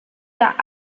der